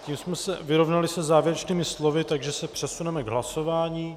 Tím jsme se vyrovnali se závěrečnými slovy, takže se přesuneme k hlasování.